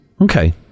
okay